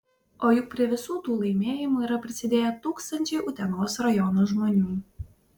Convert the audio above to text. o juk prie visų tų laimėjimų yra prisidėję tūkstančiai utenos rajono žmonių